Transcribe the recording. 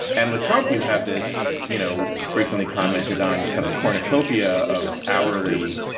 and with trump, you have this, you know, frequently commented on kind of cornucopia of hourly